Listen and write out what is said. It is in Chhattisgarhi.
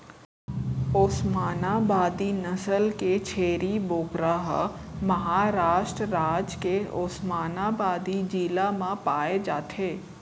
ओस्मानाबादी नसल के छेरी बोकरा ह महारास्ट राज के ओस्मानाबादी जिला म पाए जाथे